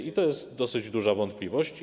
I to jest dosyć duża wątpliwość.